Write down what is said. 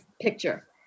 picture